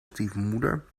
stiefmoeder